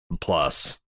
plus